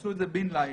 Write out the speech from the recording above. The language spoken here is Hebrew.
עשו את זה בן לילה.